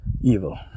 evil